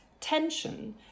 tension